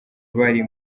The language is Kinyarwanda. bari